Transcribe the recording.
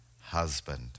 husband